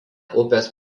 upės